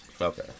Okay